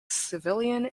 civilian